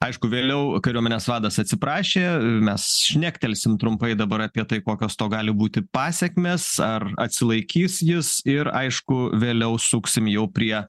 aišku vėliau kariuomenės vadas atsiprašė mes šnektelsim trumpai dabar apie tai kokios to gali būti pasekmės ar atsilaikys jis ir aišku vėliau suksim jau prie